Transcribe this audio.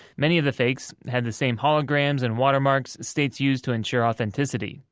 many of the fakes have the same holograms and watermarks states use to ensure authenticity.